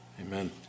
Amen